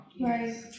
Right